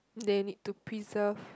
they need to preserve